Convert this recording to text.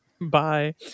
Bye